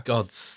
God's